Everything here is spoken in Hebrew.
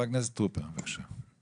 חבר הכנסת טרופר, בבקשה.